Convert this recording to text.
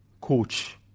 coach